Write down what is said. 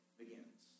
begins